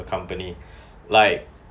the company like